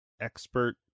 expert